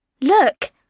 Look